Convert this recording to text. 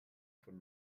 von